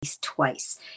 twice